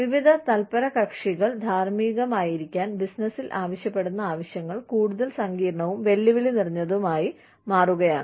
വിവിധ തല്പരകക്ഷികൾ ധാർമ്മികമായിരിക്കാൻ ബിസിനസ്സിൽ ആവശ്യപ്പെടുന്ന ആവശ്യങ്ങൾ കൂടുതൽ സങ്കീർണ്ണവും വെല്ലുവിളി നിറഞ്ഞതുമായി മാറുകയാണ്